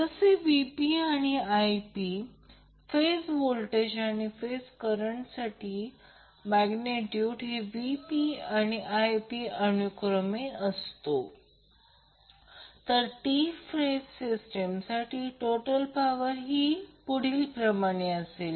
P p jQ p Vp I p conjugate हे पाहिले आहे म्हणून ते 3 Vp असेल आणि I p Vp Zp संपूर्ण काँज्यूगेट असेल म्हणजे 3 Vp Vp conjugate Zp conjugate